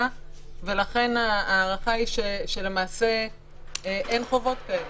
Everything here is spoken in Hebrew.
ולכן ההערכה היא שלמעשה אין חובות כאלה,